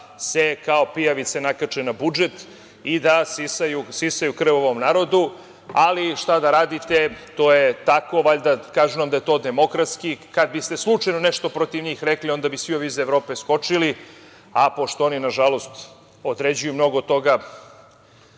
se kao pijavice nakače na budžet i da sisaju krv ovom narodu, ali šta da radite, to je tako. Kažu da je to demokratski. Kada biste slučajno nešto protiv njih rekli, onda bi svi ovi iz Evrope skočili, a pošto oni nažalost određuju mnogo toga,